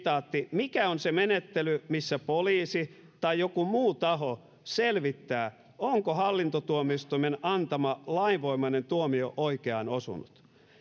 mikä on se menettely missä poliisi tai joku muu taho selvittää onko hallintotuomioistuimen antama lainvoimainen tuomio oikeaan osunut